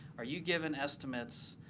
are you giving estimates